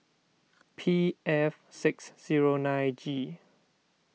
P F six zero nine G